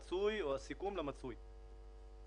מה הפער נכון להיום בין הרצוי או הסיכום למצוי?